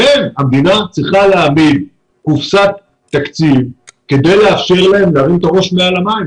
המדינה צריכה להעמיד קופסת תקציב כדי לאשר להן להרים את הראש מעל המים.